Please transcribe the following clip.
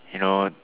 you know